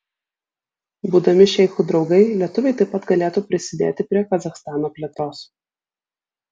būdami šeichų draugai lietuviai taip pat galėtų prisidėti prie kazachstano plėtros